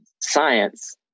science